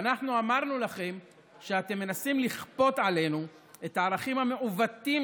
ואנחנו אמרנו לכם שאתם מנסים לכפות עלינו את הערכים המעוותים